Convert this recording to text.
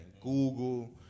Google